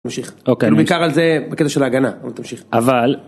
נמשיך. אוקיי. בעיקר על זה בקטע של ההגנה. תמשיך. אבל.